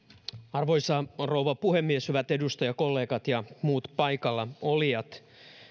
arvoisa rouva puhemies hyvät edustajakollegat ja muut paikalla olijat